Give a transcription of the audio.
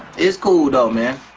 it's cool though man.